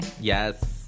Yes